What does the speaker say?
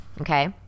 Okay